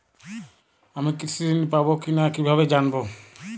আমি কৃষি ঋণ পাবো কি না কিভাবে জানবো?